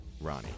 Ronnie